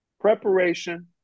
preparation